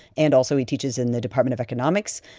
and also, he teaches in the department of economics.